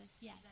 Yes